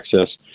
access